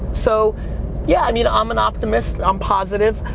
so yeah. i mean, i'm an optimist, i'm positive,